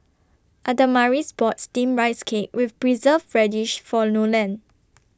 Adamaris bought Steamed Rice Cake with Preserved Radish For Nolen